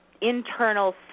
internal